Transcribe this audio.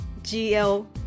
GL